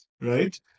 right